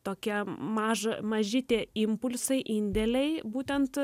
tokia maža maži tie impulsai indėliai būtent